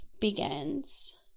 begins